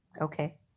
Okay